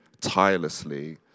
tirelessly